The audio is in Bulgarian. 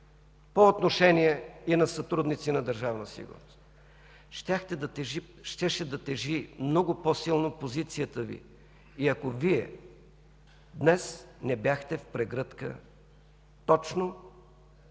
по отношение и на сътрудници на Държавна сигурност. Щеше да тежи много по-силно позицията Ви, ако Вие днес не бяхте в прегръдка точно